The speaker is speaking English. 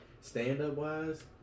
stand-up-wise